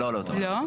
לא,